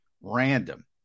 random